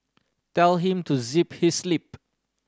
tell him to zip his lip